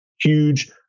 huge